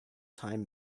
time